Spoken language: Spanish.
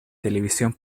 televisión